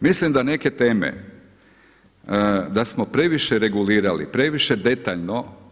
Mislim da neke teme da smo previše regulirali, previše detaljno.